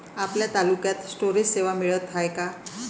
आपल्या तालुक्यात स्टोरेज सेवा मिळत हाये का?